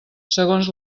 segons